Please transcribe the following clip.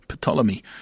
Ptolemy